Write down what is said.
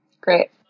Great